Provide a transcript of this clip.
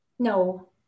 No